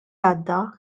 għadda